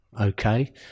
okay